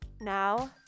Now